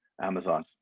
Amazon